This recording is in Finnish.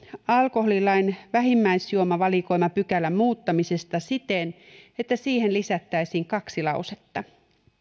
alkoholilain vähimmäisjuomavalikoimapykälän muuttamisesta siten että siihen lisättäisiin kaksi lausetta